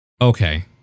Okay